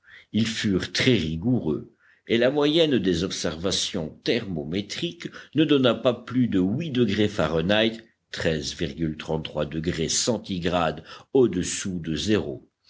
ils furent très rigoureux et la moyenne des observations thermométriques ne donna pas plus de huit degrés fahrenheit centigrades au-dessous de zéro